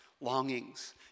longings